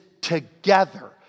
together